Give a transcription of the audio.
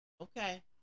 Okay